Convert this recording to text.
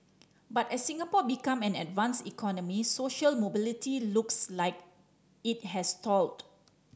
but as Singapore become an advanced economy social mobility looks like it has stalled